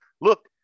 Look